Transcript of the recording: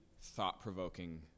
thought-provoking